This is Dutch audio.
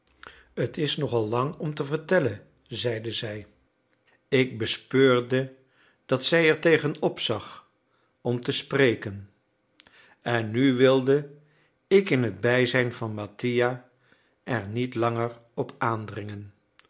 t is nogal lang om te vertellen zeide zij ik bespeurde dat zij ertegen opzag om te spreken en nu wilde ik in het bijzijn van mattia er niet langer op aandringen